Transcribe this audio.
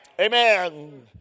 Amen